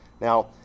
Now